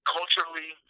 Culturally